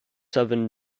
seven